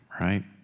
right